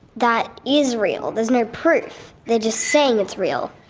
that is real? there's no proof, they're just saying it's real.